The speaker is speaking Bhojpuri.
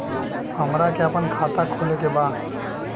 हमरा के अपना खाता खोले के बा?